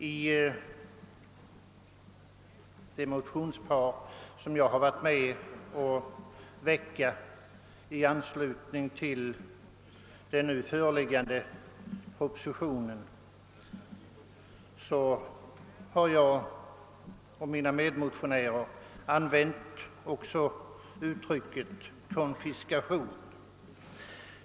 I de motionspar som jag varit med om att väcka i anslutning till den nu föreliggande propositionen har jag och mina medmotionärer också använt uttrycket konfiskation.